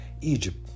Egypt